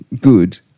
good